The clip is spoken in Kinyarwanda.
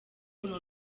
ukuntu